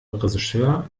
regisseur